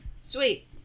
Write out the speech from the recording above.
Sweet